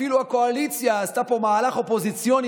אפילו הקואליציה עשתה פה מהלך אופוזיציוני